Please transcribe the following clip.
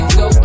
go